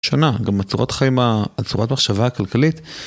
שנה, גם על צורת החיים ה...הצורת מחשבה הכלכלית.